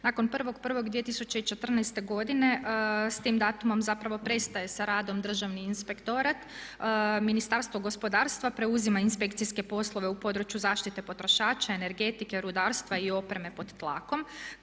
Nakon 1.1.2014. godine s tim datumom zapravo prestaje sa radom Državni inspektorat. Ministarstvo gospodarstva preuzima inspekcijske poslove u području zaštite potrošača, energetike, rudarstva i opreme pod tlakom.